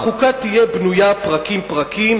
והחוקה תהיה בנויה פרקים-פרקים,